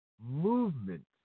Movement